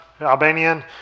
Albanian